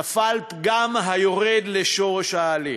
נפל פגם היורד לשורש ההליך.